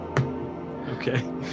okay